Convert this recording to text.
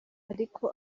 ariko